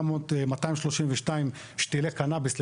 מעל 82,232 שתילי קנאביס,